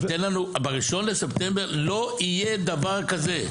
אבל תן לנו ב-1 לספטמבר לא יהיה דבר כזה.